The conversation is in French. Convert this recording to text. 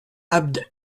abd